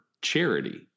charity